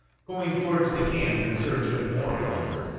going towards the camp in search of more plunder.